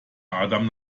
adam